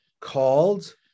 called